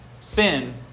Sin